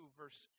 verse